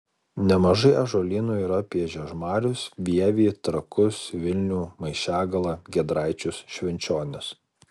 nemažai ąžuolynų yra apie žiežmarius vievį trakus vilnių maišiagalą giedraičius švenčionis